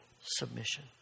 submission